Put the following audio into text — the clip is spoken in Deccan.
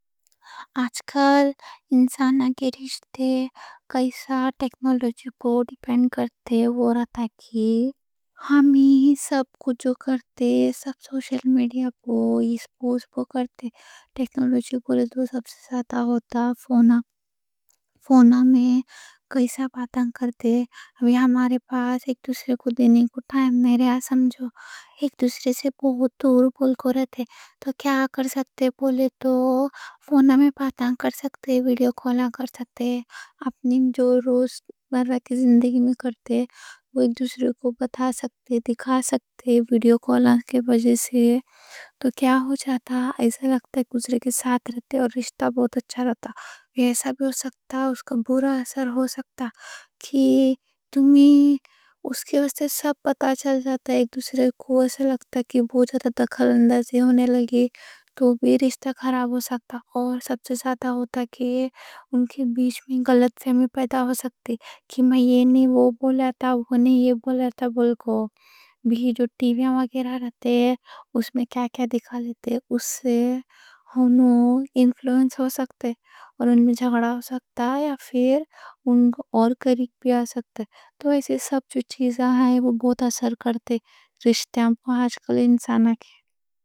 آج کل انساناں کے رشتہاں کیسا ٹیکنالوجی پہ ڈیپینڈ کرتے رہتا۔ ہم سب جو کرتے، سب سوشل میڈیا پہ ایکسپوز کرتے۔ ٹیکنالوجی بولے تو سب سے زیادہ ہوتا فون، فون؛ انہی میں کیسا باتاں کرتے۔ اب ہمارے پاس ایک دوسرے کو دینے کو ٹائم نہیں رہا، سمجھو۔ ایک دوسرے سے بہت دور بول کے رہتے، تو کیا کر سکتے بولے تو، فون میں باتاں کر سکتے، ویڈیو کالاں کر سکتے۔ اپنی جو روز مرہ کی زندگی میں کرتے، وہ ایک دوسرے کو بتا سکتے، دکھا سکتے، ویڈیو کالاں کے وجہ سے۔ تو کیا ہو جاتا، ایسا لگتا کہ دوسرے کے ساتھ رہتے، اور رشتہ بہت اچھا رہتا۔ یہ ایسا بھی ہو سکتا، اس کا بُرا اثر ہو سکتا کہ تمہیں اس کے واسطے سب پتا چل جاتا۔ ایک دوسرے کو ایسا لگتا کہ وہ زیادہ تک حسد ہونے لگے، تو بھی رشتہ خراب ہو سکتا۔ اور سب سے زیادہ ہوتا کہ ان کے بیچ میں غلط سمجھی پیدا ہو سکتی کہ میں یہ نہیں وہ بولا تھا، وہ نہیں یہ بولا تھا۔ جو ٹی ویّاں وغیرہ رہتے، اُس میں کیا کیا دکھاتے، اُس سے اُنہنوں انفلوینس ہو سکتے، اور ان میں جھگڑا ہو سکتا، یا پھر اُنہنوں اور قریب آ سکتے۔ تو ایسے سب چیزیں بہت اثر کرتے رشتہاں پہ انساناں کے۔